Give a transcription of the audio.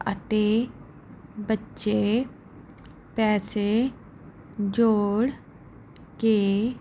ਅਤੇ ਬੱਚੇ ਪੈਸੇ ਜੋੜ ਕੇ